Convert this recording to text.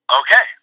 okay